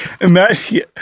Imagine